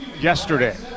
yesterday